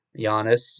Giannis